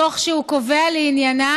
תוך שהוא קובע לעניינה